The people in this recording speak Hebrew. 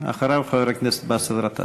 חבר הכנסת אייכלר, בבקשה, אדוני.